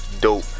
dope